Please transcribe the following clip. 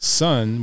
son